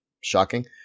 shocking